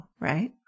right